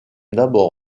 d’abord